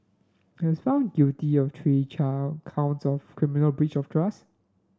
he was found guilty of three counts of criminal breach of trust